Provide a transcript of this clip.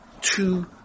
two